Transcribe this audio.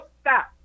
stop